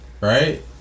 Right